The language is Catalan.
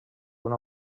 una